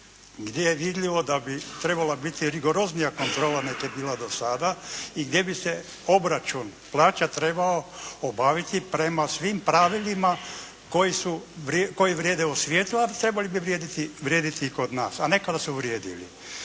gdje je vidljivo da bi trebala biti rigoroznija kontrola nego je bila do sada i gdje bi se obračun plaća trebao obaviti prema svim pravilima koji su, koji vrijede u svijetu, a trebali bi vrijediti i kod nas. A nekada su vrijedili.